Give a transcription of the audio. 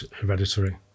hereditary